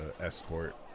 escort